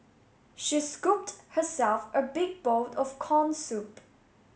she scooped herself a big bowl of corn soup